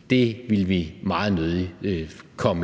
fordi vi meget nødig ville komme